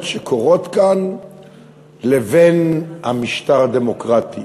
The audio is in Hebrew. שקורות כאן לבין המשטר הדמוקרטי?